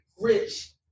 rich